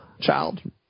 child